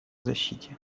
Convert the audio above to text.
защите